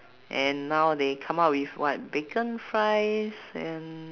and now they come up with what bacon fries and